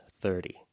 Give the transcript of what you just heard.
thirty